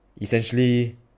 Essentially